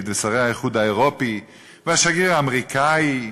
ושרי האיחוד האירופי והשגריר האמריקני,